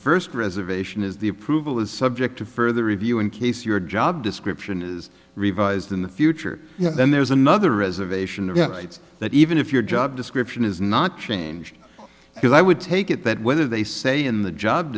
first reservation is the approval is subject to further review in case your job description is revised in the future then there's another reservation to get rights that even if your job description is not changed because i would take it that whether they say in the job